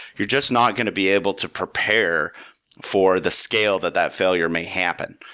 you're just not going to be able to prepare for the scale that that failure may happen.